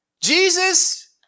Jesus